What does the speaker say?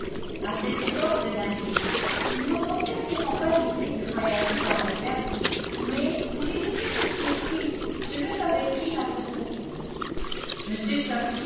à cette époque de l'année ils n'auront certainement pas l'idée de voyager dans leur berline mais pour éviter toute surprise je vais leur écrire à ce propos